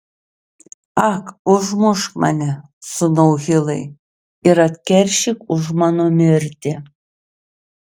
ak užmušk mane sūnau hilai ir atkeršyk už mano mirtį